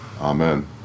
Amen